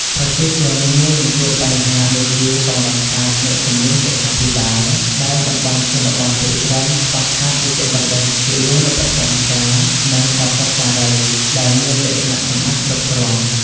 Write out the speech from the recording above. ប្រជាជនងាយនឹងជួបបញ្ហាដូចជាកង្វះខាតអ្នកជំនាញសុខាភិបាល ដែលតំបន់ជនបទភាគច្រើនខ្វះខាតវេជ្ជបណ្ឌិត គិលានុបដ្ឋាយិកា និងឱសថការីដែលមានលក្ខណៈសម្បត្តិគ្រប់គ្រាន់។